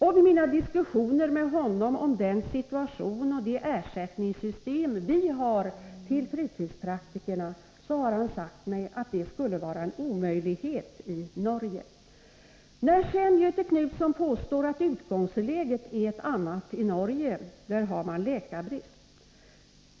Vid mina diskussioner med honom om den situation och det ersättningssystem som vi har när det gäller fritidspraktikerna har han sagt att det inte skulle vara möjligt i Norge. Göthe Knutson påstår att utgångsläget är annat i Norge — där har man läkarbrist.